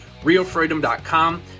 realfreedom.com